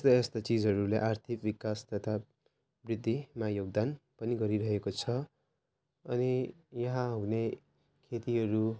यस्ता यस्ता चिजहरूले आर्थिक विकास तथा वृद्धिमा योगदान पनि गरिरहेको छ अनि यहाँ हुने खेतीहरू